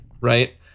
Right